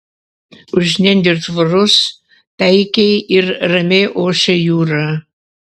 už nendrių tvoros taikiai ir ramiai ošė jūra